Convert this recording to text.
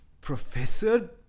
Professor